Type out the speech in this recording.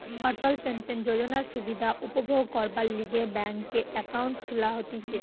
অটল pension যোজনার সুবিধা উপভোগ করবার লিগে ব্যাংকে একাউন্ট খুলা হতিছে